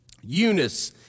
Eunice